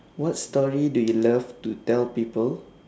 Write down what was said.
what story do you love to tell people